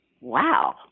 wow